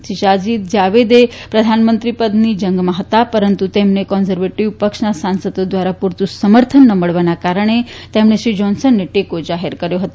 શ્રી સાજીદ જાવીદે પ્રધાનમંત્રી પદની જંગમાં હતા પરંતુ તેમને કન્ઝર્વેટીવ પક્ષના સાંસદો દ્વારા પૂરતું સમર્થન ન મળવાના કારણે તેમણે શ્રી જાન્સનને ટેકો જાહેર કર્યા હતો